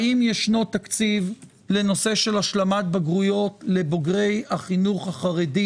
האם יש תקציב לנושא השלמת בגרויות לבוגרי החינוך החרדי